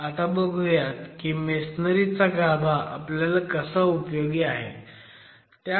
आता बघुयात की मेसनरी चा गाभा आपल्याला कसा उपयोगी आहे